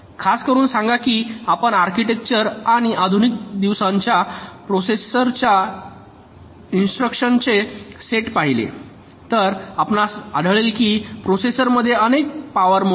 खासकरुन सांगा की आपण आर्किटेक्चर आणि आधुनिक दिवसाच्या प्रोसेसरच्या इंस्ट्रक्शनचे सेट पाहिले तर आपणास आढळेल की प्रोसेसरमध्ये अनेक पॉवर मोड आहेत